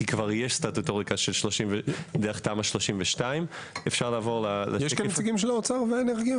כי יש כבר סטטוטוריקה בדרך תמ"א 32. יש כאן נציגים של האוצר והאנרגיה?